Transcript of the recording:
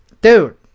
dude